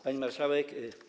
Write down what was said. Pani Marszałek!